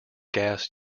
gas